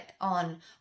on